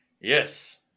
Yes